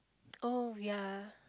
oh ya